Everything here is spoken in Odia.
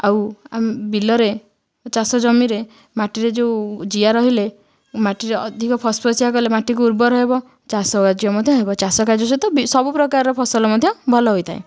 ଆଉ ବିଲରେ ଚାଷ ଜମିରେ ମାଟିରେ ଯେଉଁ ଜିଆ ରହିଲେ ମାଟିରେ ଅଧିକ ଫସ୍ ଫସିଆ କଲେ ମାଟିକୁ ଉର୍ବର ହେବ ଚାଷ କାର୍ଯ୍ୟ ମଧ୍ୟ ହେବ ଚାଷ କାର୍ଯ୍ୟ ସହିତ ସବୁ ପ୍ରକାର ଫସଲ ମଧ୍ୟ ଭଲ ହୋଇଥାଏ